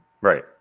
Right